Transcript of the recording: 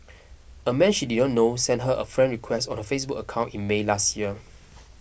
a man she did not know sent her a friend request on her Facebook account in May last year